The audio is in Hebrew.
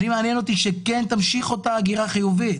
מעניין אותי שתמשיך אותה הגירה חיובית.